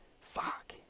Fuck